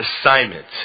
assignment